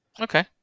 Okay